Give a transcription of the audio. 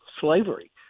slavery